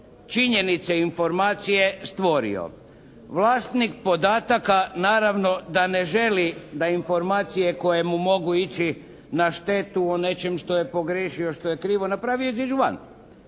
činjenice, informacije stvorio. Vlasnik podataka naravno da ne želi da informacije koje mu mogu ići na štetu o nečem što je pogriješio, što je krivo napravio i iziđu van.